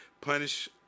punish